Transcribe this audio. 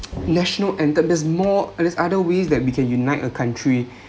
national anthem there's more and there's other ways that we can unite a country